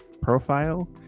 profile